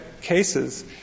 cases